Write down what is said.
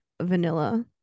vanilla